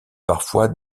parfois